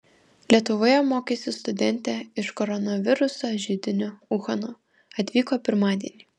lietuvoje mokysis studentė iš koronaviruso židinio uhano atvyko pirmadienį